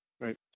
right